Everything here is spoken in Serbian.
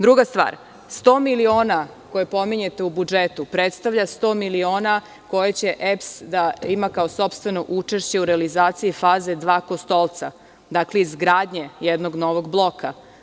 Druga stvar, sto miliona koje pominjete u budžetu predstavljaju sto miliona koje će EPS da ima kao sopstveno učešće u realizacije faze „Dva Kostolca“, odnosno izgradnje jednog novog bloka.